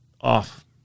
off